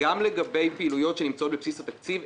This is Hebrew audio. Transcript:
גם לגבי פעילויות שנמצאות בבסיס התקציב,